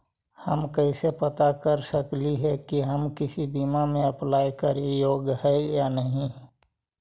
हम कैसे पता कर सकली हे की हम किसी बीमा में अप्लाई करे योग्य है या नही?